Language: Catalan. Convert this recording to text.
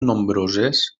nombroses